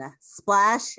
splash